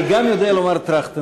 אני גם יודע לומר טרכטנברג,